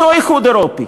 אותו איחוד אירופי